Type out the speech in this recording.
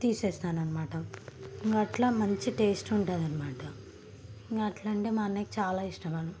తీసేస్తానన్నమాట ఇంకా అలా మంచి టేస్ట్ ఉంటుందన్నమాట ఇంకా అలా అంటే మా అన్నయ్యకి చాలా ఇష్టం